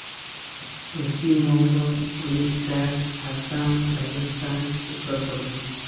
Paschim Banga Odisha Assam Rajasthan Uttar Pradesh